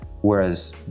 whereas